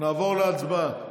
נעבור להצבעה.